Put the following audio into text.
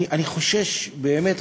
אני חושש באמת,